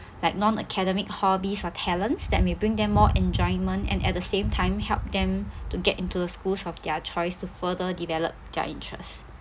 like non-academic hobbies or talents that may bring them more enjoyment and at the same time help them to get into the schools of their choice to further develop their interest